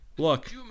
Look